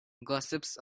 gossips